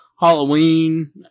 Halloween